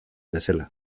bezala